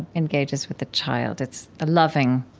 engages with the child. it's a loving